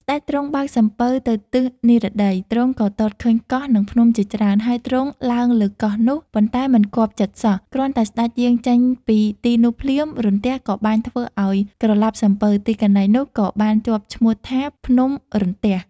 ស្ដេចទ្រង់បើកសំពៅទៅទិសនិរតី ទ្រង់ក៏ទតឃើញកោះនិងភ្នំជាច្រើន ហើយទ្រង់ឡើងលើកោះនោះ ប៉ុន្តែមិនគាប់ចិត្តសោះ គ្រាន់តែស្តេចយាងចេញពីទីនោះភ្លាមរន្ទះក៏បាញ់ធ្វើឲ្យក្រឡាប់សំពៅ ទីកន្លែងនោះក៏បានជាប់ឈ្មោះថា ភ្នំរន្ទះ។